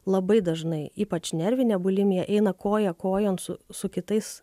labai dažnai ypač nervinė bulimija eina koja kojon su su kitais